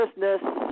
business